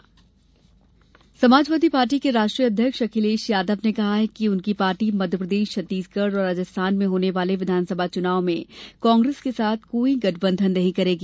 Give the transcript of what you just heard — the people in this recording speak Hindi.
सपा ऐलान समाजवादी पार्टी के राष्ट्रीय अध्यक्ष अखिलेश यादव ने कहा है कि उनकी पार्टी मध्यप्रदेश छत्तीसगढ़ और राजस्थान में होने वाले विधानसभा चुनाव में कांग्रेस के साथ कोई गठबंधन नहीं करेगी